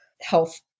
health